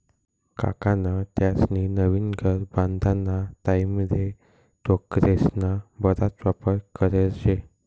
काकान त्यास्नी नवीन घर बांधाना टाईमले टोकरेस्ना बराच वापर करेल शे